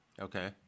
Okay